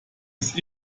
ist